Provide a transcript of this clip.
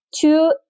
two